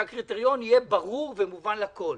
שהקריטריון יהיה ברור ומובן לכול.